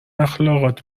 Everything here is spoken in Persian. اخالقات